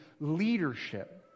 leadership